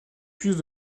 puce